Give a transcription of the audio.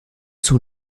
sont